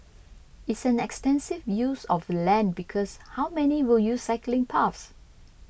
it's an extensive use of land because how many will use cycling paths